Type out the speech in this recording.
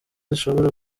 zishobora